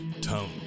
Tone